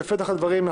בפתח הדברים,